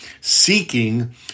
seeking